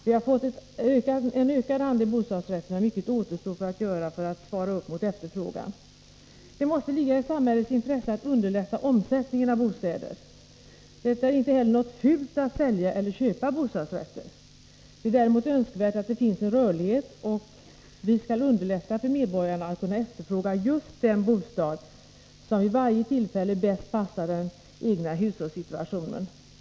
Vi har fått en ökad andel bostadsrätter, men mycket återstår att göra för att svara upp mot efterfrågan. Det måste ligga i samhällets intresse att underlätta omsättningen av bostäder. Det är inte heller något fult att sälja och köpa bostadsrätter. Det är däremot önskvärt att det finns en rörlighet, och man skall underlätta för medborgarna att kunna efterfråga just den bostad som vid varje tillfälle bäst passar den egna hushållssituationen.